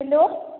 hello